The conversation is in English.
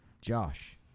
Josh